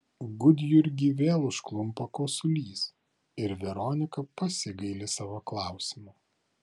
gudjurgį vėl užklumpa kosulys ir veronika pasigaili savo klausimo